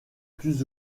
plus